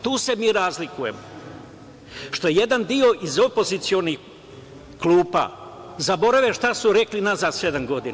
Tu se mi razlikujemo, što jedan deo iz opozicionih klupa zaborave šta su rekli nazad sedam godina.